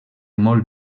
molt